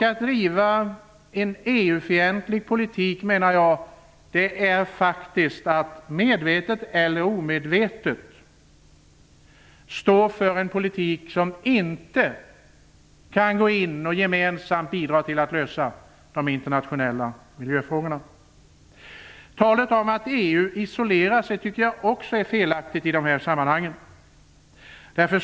Att driva en EU-fientlig politik är faktiskt att medvetet, eller omedvetet, stå för en politik som inte kan bidra till att man gemensamt löser de internationella miljöproblemen. Talet om att EU isolerar sig i detta sammanhang tycker jag också är felaktigt.